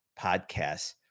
podcasts